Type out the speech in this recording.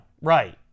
right